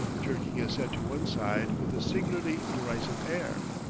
jerking his head to one side with a singularly derisive air.